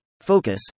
focus